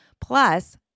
plus